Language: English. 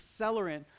accelerant